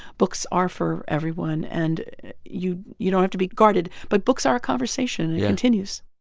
books are for everyone, and you you don't have to be guarded. but books are a conversation, and it continues